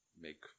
make